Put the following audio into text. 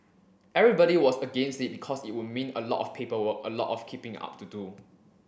everybody was against it because it would mean a lot of paperwork a lot of keeping up to do